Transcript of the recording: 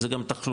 זה גם תחלופה,